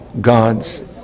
God's